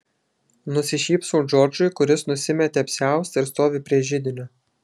nusišypsau džordžui kuris nusimetė apsiaustą ir stovi prie židinio